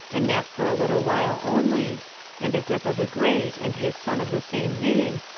and that for a little while only and agrippa the great, and his son of the same name,